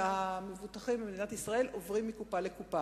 מהמבוטחים במדינת ישראל עוברים מקופה לקופה.